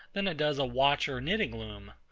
than it does a watch or a knitting-loom.